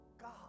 God